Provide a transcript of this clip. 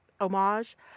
homage